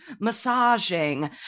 massaging